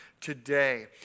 today